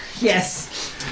Yes